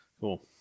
Cool